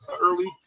early